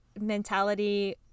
mentality